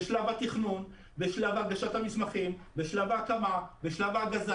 בשלב התכנון, המסמכים, בשלב ההקמה, בשלב ההגזה